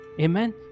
Amen